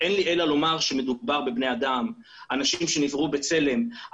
לא נותר לי אלא להסכים עם הדברים שנאמרו ולחזור ולבקש קודם כל